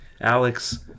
Alex